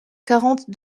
quarante